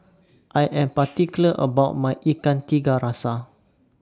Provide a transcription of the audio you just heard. I Am particular about My Ikan Tiga Rasa